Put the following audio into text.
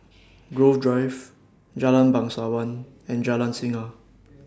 Grove Drive Jalan Bangsawan and Jalan Singa